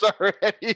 already